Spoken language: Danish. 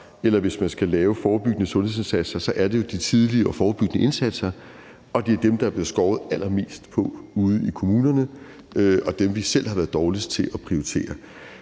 eller hvis man skal lave forebyggende sundhedsindsatser, er de tidlige og forebyggende indsatser, og det er dem, der er blevet skåret allermest på ude i kommunerne, og dem, vi selv har været dårligst til at prioritere.